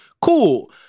Cool